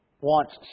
wants